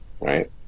right